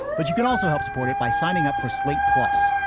but you can also help support it by signing up for slate. plus,